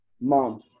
mom